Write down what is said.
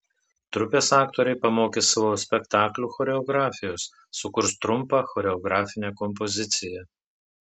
trupės aktoriai pamokys savo spektaklių choreografijos sukurs trumpą choreografinę kompoziciją